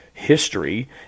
history